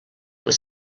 was